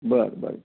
बरं बरं